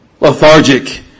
lethargic